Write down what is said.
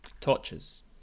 Torches